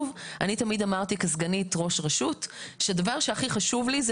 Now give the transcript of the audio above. תמיד אמרתי כסגנית ראש רשות שהדבר שהכי חשוב לי זה